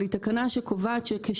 של